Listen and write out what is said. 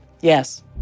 Yes